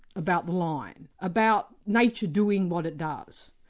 about the lion, about nature doing what it does.